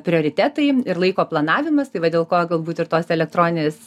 prioritetai ir laiko planavimas tai va dėl ko galbūt ir tos elektroninės